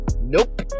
nope